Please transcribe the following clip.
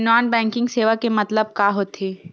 Non banking सेवा के मतलब का होथे?